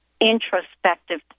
introspective